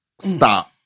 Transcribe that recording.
Stop